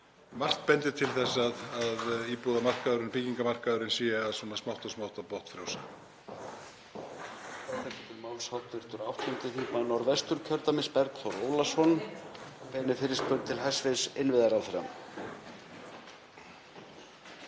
margt bendir til þess að íbúðamarkaðurinn, byggingamarkaðurinn sé smátt og smátt að botnfrjósa.